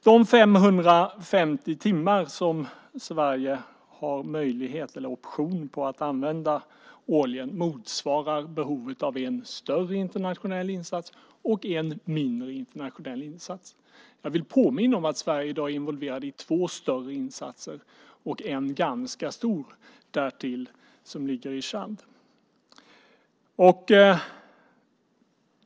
De 550 timmar som Sverige har option på att använda årligen motsvarar behovet vid en större internationell insats och en mindre internationell insats. Jag vill påminna om att Sverige i dag är involverad i två större insatser och en ganska stor därtill i Tchad.